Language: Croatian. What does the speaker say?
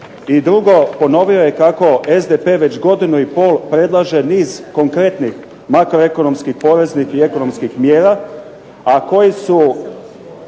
I drugo, ponovio je kako SDP već godinu i pol predlaže niz konkretnih makroekonomskih poreznih i ekonomskih mjera, a koji su